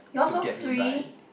you all so free